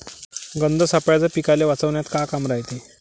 गंध सापळ्याचं पीकाले वाचवन्यात का काम रायते?